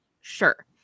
sure